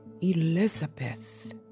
Elizabeth